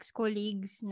colleagues